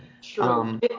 Sure